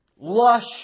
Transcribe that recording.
Lush